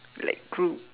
like group